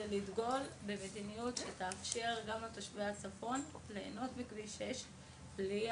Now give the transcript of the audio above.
היא מדיניות שתאפשר גם לתושבי הצפון ליהנות מכביש 6 בלי אגרה.